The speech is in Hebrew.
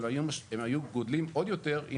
אבל הם היו גדלים עוד יותר.